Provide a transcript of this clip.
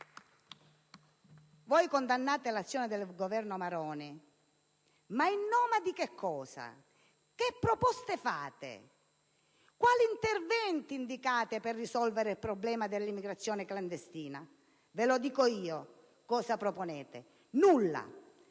Voi condannate l'azione del ministro Maroni, ma in nome di che cosa? Quali proposte fate? Quali interventi indicate per risolvere il problema dell'immigrazione clandestina? Ve lo dico io cosa proponete: nulla,